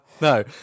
No